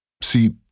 See